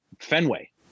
Fenway